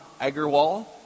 Agarwal